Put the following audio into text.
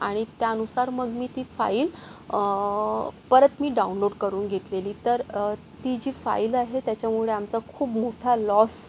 आणि त्यानुसार मग मी ती फाईल परत मी डाऊनलोड करून घेतलेली तर ती जी फाईल आहे त्याच्यामुळे आमचा खूप मोठा लॉस